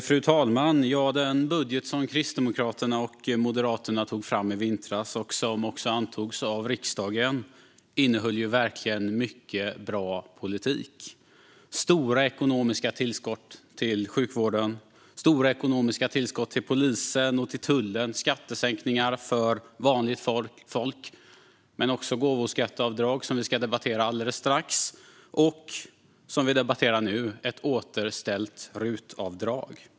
Fru talman! Den budget som Kristdemokraterna och Moderaterna tog fram i vintras och som även antogs av riksdagen innehöll verkligen mycket bra politik. Det var stora ekonomiska tillskott till sjukvården, stora ekonomiska tillskott till polisen och till tullen och skattesänkningar för vanligt folk. Det var också gåvoskatteavdrag, som vi ska debattera alldeles strax, och ett återställt RUT-avdrag, som vi debatterar nu.